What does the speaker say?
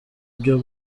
byo